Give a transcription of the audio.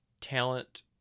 talent